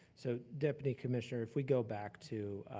so deputy commissioner, if we go back to